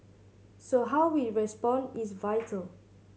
so how we respond is vital